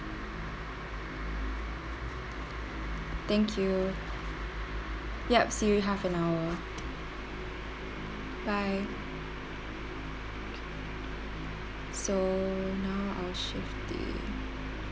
thank you yup see you in half an hour bye so now I'll shift it